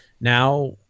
now